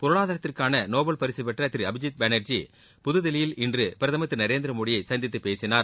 பொருளாதாரத்திற்கான Nobel பரிசு பெற்ற திரு அபிஜித் பாளர்ஜி புதுதில்லியில் இன்று பிரதமர் திரு நரேந்திரமோடியை சந்தித்துப் பேசினார்